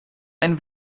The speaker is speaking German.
ein